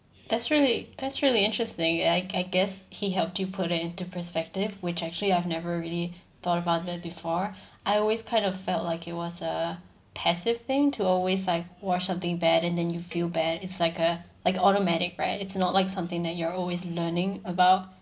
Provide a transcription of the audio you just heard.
that's really that's really interesting I I guess he helped you put it into perspective which actually I've never really thought about that before I always kind of felt like it was a passive thing to always like watch something bad and then you feel bad it's like a like automatic right it's not like something that you're always learning about